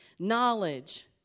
Knowledge